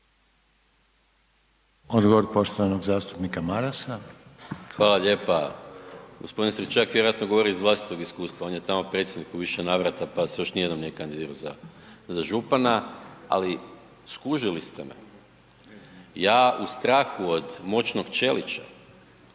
Odgovor poštovanog zastupnika Marasa. **Maras, Gordan (SDP)** Hvala lijepa. G. Stričak vjerovatno govori iz vlastitog iskustva, on je tamo predsjednik u više navrata pa se još nijednom nije kandidirao za župana ali skužili ste me. Ja u strahu od moćnog Ćelića